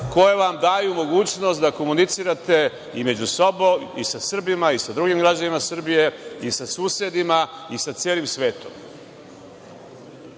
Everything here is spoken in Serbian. koja vam daju mogućnost da komunicirate među sobom, i sa Srbima, i sa drugim građanima Srbije, i sa susedima, i sa celim svetom.